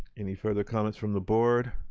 any further comments from the board?